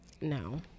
No